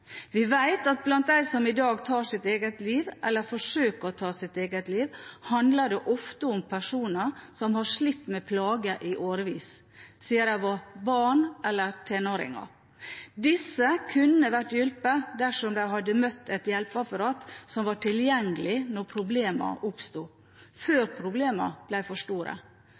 Vi vet at når det gjelder dem som i dag tar sitt eget liv eller forsøker å ta sitt eget liv, handler det ofte om personer som har slitt med plager i årevis, siden de var barn eller tenåringer. Disse kunne vært hjulpet dersom de hadde møtt et hjelpeapparat som var tilgjengelig når problemene oppsto – før problemene ble for store.